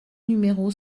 numéro